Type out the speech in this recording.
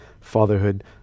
fatherhood